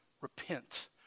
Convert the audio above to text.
Repent